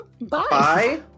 Bye